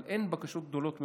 אבל אין בקשות גדולות מאוד.